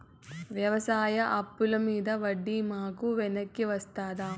వ్యవసాయ అప్పుల మీద వడ్డీ మాకు వెనక్కి వస్తదా?